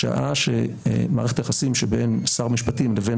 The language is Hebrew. שעה שמערכת היחסים שבין שר משפטים לבין